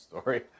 story